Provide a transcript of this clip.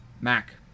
Mac